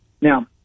Now